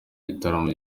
gitaramo